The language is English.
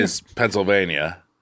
Pennsylvania